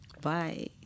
Bye